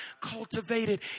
cultivated